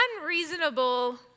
unreasonable